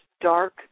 dark